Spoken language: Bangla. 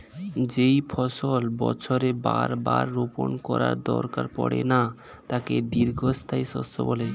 যেই ফসল বছরে বার বার বপণ করার দরকার পড়ে না তাকে দীর্ঘস্থায়ী শস্য বলে